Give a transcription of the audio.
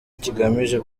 kigamije